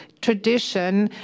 tradition